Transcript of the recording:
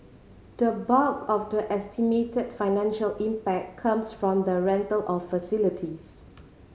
the bulk of the estimated financial impact comes from the rental of facilities